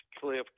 Cliff